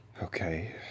Okay